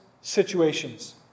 situations